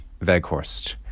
Veghorst